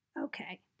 Okay